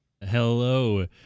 Hello